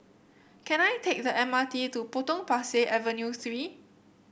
can I take the M R T to Potong Pasir Avenue Three